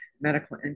medical